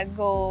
go